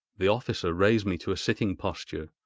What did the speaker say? the officer raised me to a sitting posture,